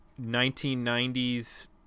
1990s